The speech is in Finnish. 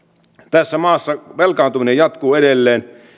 tässä maassa velkaantuminen jatkuu edelleen